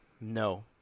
No